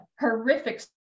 horrific